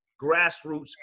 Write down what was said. Grassroots